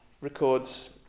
records